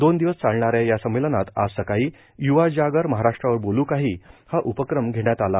दोन दिवस चालणाऱ्या या संमेलनात आज सकाळी श्य्वा जागर महाराष्ट्रावर बोलू काहीश हा उपक्रम घेण्यात आला